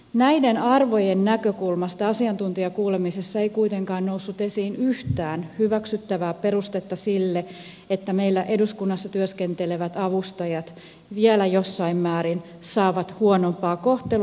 näiden arvojen näkökulmasta asiantuntijakuulemisissa ei kuitenkaan noussut esiin yhtään hyväksyttävää perustetta sille että meillä eduskunnassa työskentelevät avustajat vielä jossain määrin saavat huonompaa kohtelua